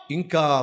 Inka